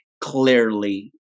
clearly